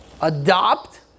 Adopt